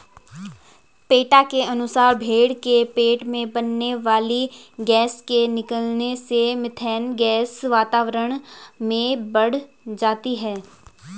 PETA के अनुसार भेंड़ के पेट में बनने वाली गैस के निकलने से मिथेन गैस वातावरण में बढ़ जाती है